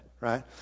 right